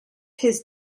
his